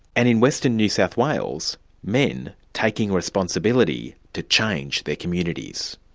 and in western new south wales men taking responsibility to change their communities.